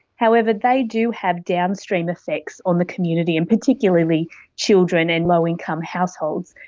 however, they do have downstream effects on the community, and particularly children in low income households.